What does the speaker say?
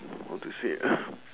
how to say ah